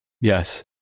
Yes